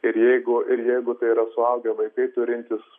ir jeigu ir jeigu tai yra suaugę vaikai turintys